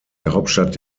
hauptstadt